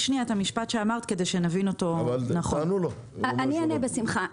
אענה בשמחה.